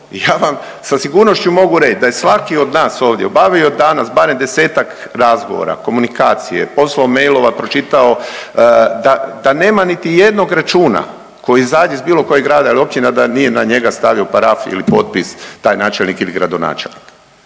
ja vam sa sigurnošću mogu reć da je svaki od nas ovdje obavio danas barem 10-tak razgovora, komunikacije, poslao mailova, pročitao, da, da nema niti jednog računa koji izađe iz bilo kojeg grada ili općine a da nije na njega stavio paraf ili potpis taj načelnik ili gradonačelnik